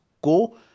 go